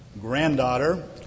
granddaughter